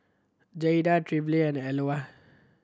Jayda Trilby and